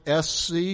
SC